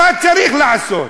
מה צריך לעשות?